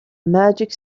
magic